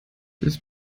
ist